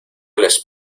les